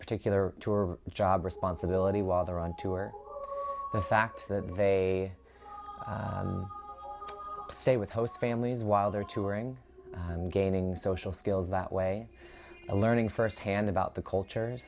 particular job responsibility while they're on tour the fact that they stay with host families while they're touring and gaining social skills that way and learning firsthand about the cultures